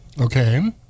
Okay